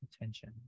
attention